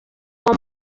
uwo